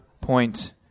point